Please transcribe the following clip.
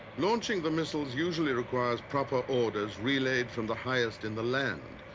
launching the missiles usually requires proper orders relayed from the highest in the land,